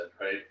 right